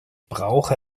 brauche